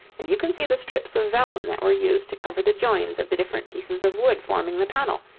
and you can see the strips of vellum that were used to cover the joins of the different pieces of wood forming the panel,